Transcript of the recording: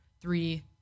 three